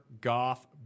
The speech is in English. Goff